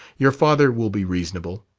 your father will be reasonable.